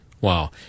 Wow